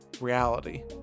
reality